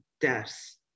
deaths